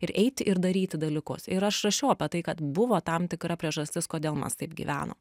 ir eiti ir daryti dalykus ir aš rašiau apie tai kad buvo tam tikra priežastis kodėl mes taip gyvenom